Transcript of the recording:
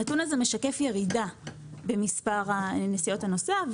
הנתון הזה משקף ירידה במספר נסיעות הנוסע.